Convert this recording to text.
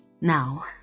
Now